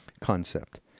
concept